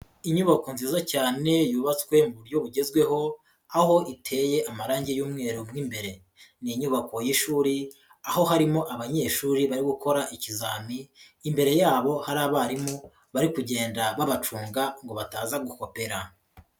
Inyubako nziza cyane yubatswe mu buryo bugezweho aho iteye amarange y'umweru mo imbere. Ni inyubako y'ishuri aho harimo abanyeshuri bari gukora ikizami imbere yabo hari abarimu bari kugenda babacunga ngo bataza gukopera.